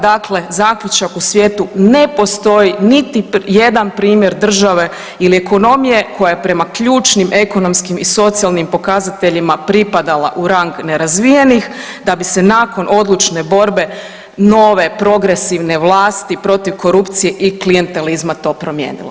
Dakle, zaključak u svijetu ne postoji niti jedan primjer države ili ekonomije koja je prema ključnim ekonomskim i socijalnim pokazateljima pripadala u rang razvijenih, da bi se nakon odlučne borbe nove, progresivne vlasti protiv korupcije i klijentelizma to promijenilo.